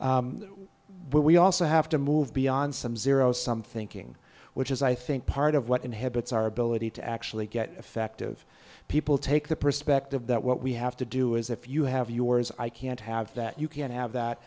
kids but we also have to move beyond some zero sum thinking which is i think part of what inhibits our ability to actually get effective people take the perspective that what we have to do is if you have yours i can't have that you can't have that